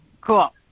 Cool